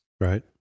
right